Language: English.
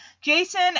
Jason